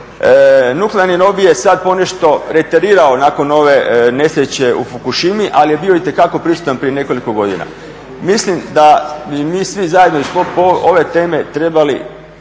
Nuklearni lobi je sad ponešto reterirao nakon ove nesreće u Fukushimi, ali je bio itekako pristojan prije nekoliko godina. Mislim da i mi svi zajedno i u sklopu ove teme trebali